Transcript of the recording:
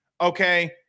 okay